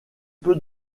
peu